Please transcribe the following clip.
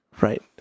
Right